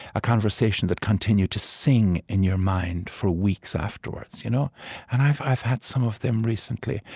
a conversation that continued to sing in your mind for weeks afterwards? you know and i've i've had some of them recently,